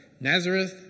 Nazareth